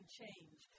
change